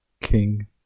King